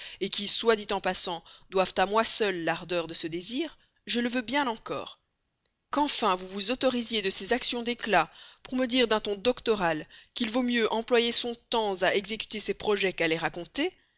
voir qui soit dit en passant doivent à moi seule l'ardeur de ce désir je le veux bien encore qu'enfin vous vous autorisiez de ces actions d'éclat pour me dire d'un ton doctoral qu'il vaut mieux employer son temps à exécuter ses projets qu'à les raconter